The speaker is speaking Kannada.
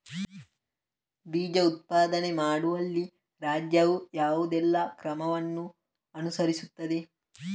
ಬೀಜ ಉತ್ಪಾದನೆ ಮಾಡುವಲ್ಲಿ ರಾಜ್ಯವು ಯಾವುದೆಲ್ಲ ಕ್ರಮಗಳನ್ನು ಅನುಕರಿಸುತ್ತದೆ?